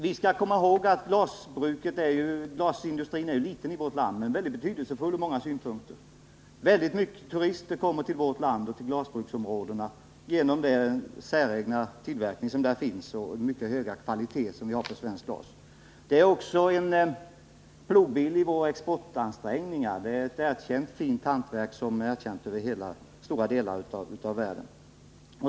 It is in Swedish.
Vi skall komma ihåg att glasindustrin i vårt land visserligen är liten men ändå mycket betydelsefull ur många synpunkter. Åtskilliga turister dras till glasbruksområdena i vårt land på grund av den särpräglade tillverkning som där förekommer och den höga kvaliteten på svenskt glas. Glasindustrin är också en plogbill i våra exportansträngningar. Det svenska glaset är en hantverksprodukt vars fina kvalitet är erkänd i stora delar av världen.